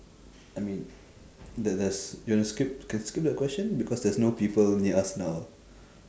I mean there there's you wanna skip can skip the question because there's no people near us now